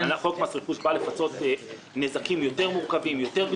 חוק מס רכוש בא לפצות על נזקים מורכבים יותר,